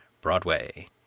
Broadway